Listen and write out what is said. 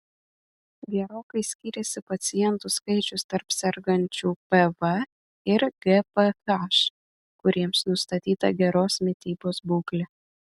gerokai skyrėsi pacientų skaičius tarp sergančių pv ir gph kuriems nustatyta geros mitybos būklė